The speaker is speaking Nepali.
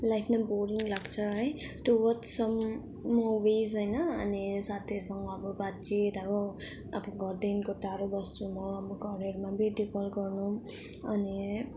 लाइफ नै बोरिङ लाग्छ है टु वाच सम मुभिज होइन अनि साथीहरूसँग अब बातचितअब आफू घरदेखिको टाढो बस्छु म अब घरहरूमा भिडियो कल गर्नु अनि